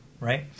right